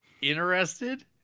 Interested